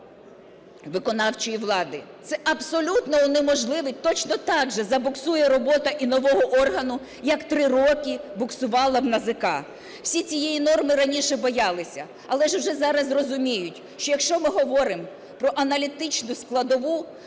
виконавчої влади. Це абсолютно унеможливить, точно так же забуксує робота і нового органу, як 3 роки буксувала в НАЗК. Ці цієї норми раніше боялися. Але ж вже зараз розуміють, що якщо ми говоримо про аналітичну складову,